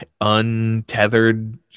untethered